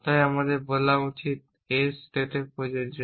তাই আমাদের বলা উচিত s স্টেটে প্রযোজ্য